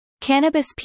Cannabis